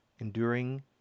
enduring